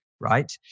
right